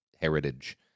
heritage